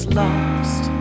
lost